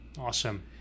Awesome